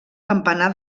campanar